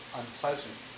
unpleasant